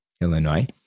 Illinois